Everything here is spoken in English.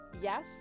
yes